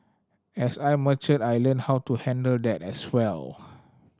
as I matured I learnt how to handle that as well